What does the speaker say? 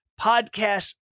podcast